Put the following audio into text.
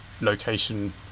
location